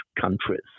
countries